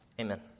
Amen